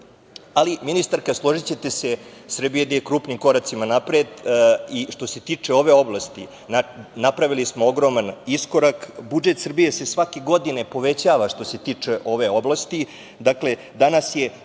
BDP.Ministarka, složićete se, Srbija ide krupnim koracima napred i što se tiče ove oblasti napravili smo ogroman iskorak. Budžet Srbije se svake godine povećava što se tiče ove oblasti. Dakle, danas je